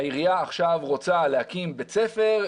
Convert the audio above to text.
העירייה עכשיו רוצה להקים בית ספר,